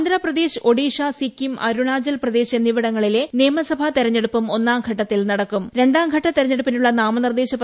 ആന്ധ്രാപ്രദേശ് ഒഡീഷ സിക്കിം അരുണാചൽ പ്രദേശ് എന്നിവിടങ്ങളിലെ നിയമസഭാ തിരഞ്ഞെടുപ്പ് ഒന്നാം ഘട്ടത്തിൽ രണ്ടാംഘട്ട തിരഞ്ഞെടുപ്പിനുള്ള നാമനിർദ്ദേശ നടക്കും